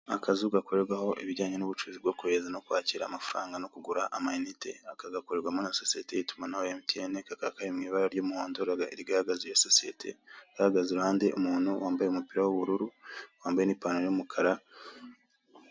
Akazu gakorerwaho ibijyanye na ubucuruzi bwo kohereza no kwakira amafaranga no kugura amayinite. Aka gakorerwamo na sosiyete y'itumanaho ya MTN, kakaba kari mu ibara rya umuhondo rigaragaza iyo sosiyete, hahagaze iruhande umuntu wambaye umupira wa ubururu na ipantaro ya umukara...